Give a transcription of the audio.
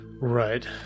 Right